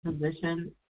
position